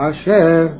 Asher